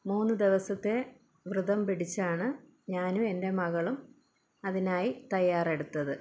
മൂന്ന് ദിവസത്തെ വ്രതം പിടിച്ചാണ് ഞാനും എൻ്റെ മകളും അതിനായി തയ്യാറെടുത്തത്